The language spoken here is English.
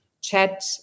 chat